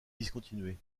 discontinuer